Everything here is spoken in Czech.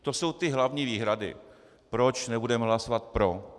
To jsou hlavní výhrady, proč nebudeme hlasovat pro.